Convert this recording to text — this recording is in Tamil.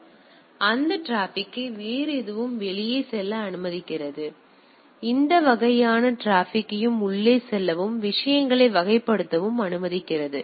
எனவே இது HTTP டிராபிக்கை வேறு எதுவும் வெளியே செல்ல அனுமதிக்கிறது இது எந்த வகையான டிராபிக்கையும் உள்ளே செல்லவும் விஷயங்களை வகைப்படுத்தவும் அனுமதிக்கிறது